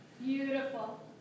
Beautiful